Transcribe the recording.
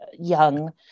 young